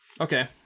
Okay